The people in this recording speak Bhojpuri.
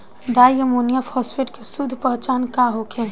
डाइ अमोनियम फास्फेट के शुद्ध पहचान का होखे?